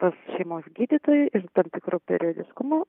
pas šeimos gydytoją ir tam tikru periodiškumu